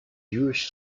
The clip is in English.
jewish